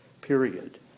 period